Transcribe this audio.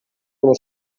uno